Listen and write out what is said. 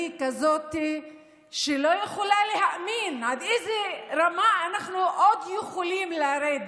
אני כזאת שלא יכולה להאמין עד איזו רמה אנחנו עוד יכולים לרדת.